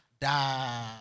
Da